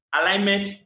Alignment